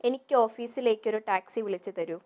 എനിക്ക് ഓഫീസിലേക്ക് ഒരു ടാക്സി വിളിച്ച് തരൂ